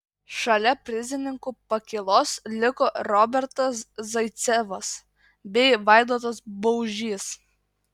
šalia prizininkų pakylos liko robertas zaicevas bei vaidotas baužys